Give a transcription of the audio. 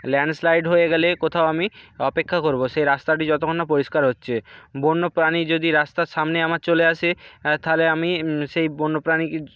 landslide হয়ে গেলে কোথাও আমি অপেক্ষা করবো সেই রাস্তাটি যতক্ষণ না পরিষ্কার হচ্ছে বন্যপ্রাণী যদি রাস্তার সামনে আমার চলে আসে তাহলে আমি সেই বন্যপ্রাণী